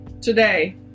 today